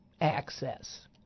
access